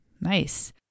Nice